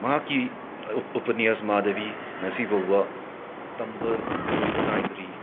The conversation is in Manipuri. ꯃꯍꯥꯛꯀꯤ ꯎꯄꯅ꯭ꯌꯁ ꯃꯥꯙꯕꯤ ꯉꯁꯤꯐꯥꯎꯕ ꯇꯝꯕ ꯂꯣꯏꯕ ꯅꯥꯏꯗ꯭ꯔꯤ